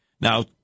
Now